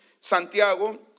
Santiago